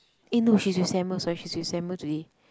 eh no she's with sorry she's with today